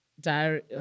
Diary